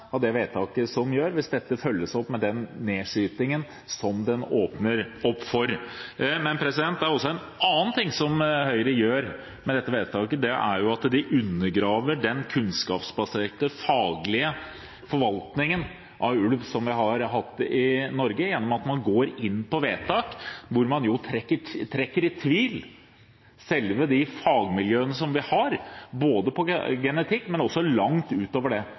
av vedtaket som gjøres – hvis det følges opp med den nedskytingen som det åpner for. Det er også en annen ting Høyre gjør med dette vedtaket. Det undergraver den kunnskapsbaserte, faglige forvaltningen av ulv som vi har hatt i Norge, gjennom at man går inn på vedtak hvor man trekker i tvil de fagmiljøene vi har på genetikk, men også langt utover det,